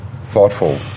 thoughtful